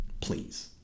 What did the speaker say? Please